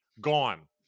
gone